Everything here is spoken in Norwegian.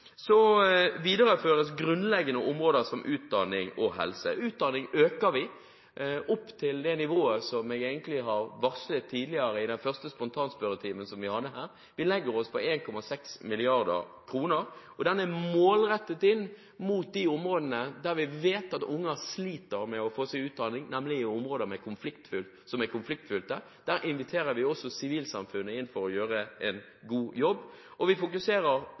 videreføres grunnleggende områder som utdanning og helse. Når det gjelder utdanning, øker vi til det nivået som jeg har varslet tidligere, i spontanspørretimen: Vi legger oss på 1,6 mrd. kr, som er rettet inn mot de områdene der vi vet at unger sliter med å få seg utdanning, nemlig områder som er konfliktfylte. Der inviterer vi sivilsamfunnet inn for å gjøre en god jobb, og for det andre fokuserer